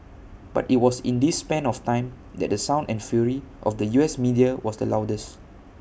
but IT was in this span of time that the sound and fury of the U S media was the loudest